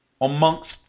Amongst